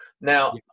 now